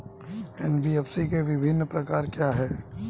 NBFC के विभिन्न प्रकार क्या हैं?